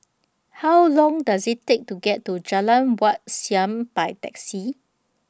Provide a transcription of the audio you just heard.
How Long Does IT Take to get to Jalan Wat Siam By Taxi